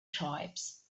tribes